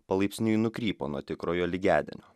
palaipsniui nukrypo nuo tikrojo lygiadienio